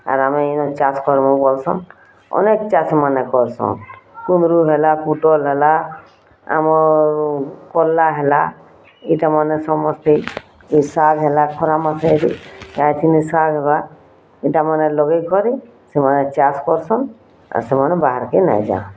ଆର୍ ଆମେ ଚାଷ୍ କରୁବୁଁ ବୋଲ୍ ସନ୍ ଅନେକ ଚାଷୀମାନେ କରୁ ସନ୍ କୁନ୍ଦୁରୁ ହେଲା ପୋଟଲ୍ ହେଲା ଆମର୍ କଲ୍ରା ହେଲା ଏଇଟା ମାନେ ସମସ୍ତେ ଶାଗ୍ ହେଲା ଖରା ମାସରେ ତାଇଚୁନ୍ ଶାଗ୍ ହବା ଏଇଟା ମାନ ଲଗେଇ କରି ସେମାନେ ଚାଷ କରୁସନ୍ ଆଉ ସେମାନେ ବାହାର୍କେ ନେଇ ଯା